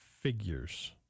figures